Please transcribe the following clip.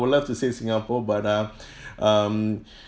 would love to say singapore but uh um